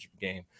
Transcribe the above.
game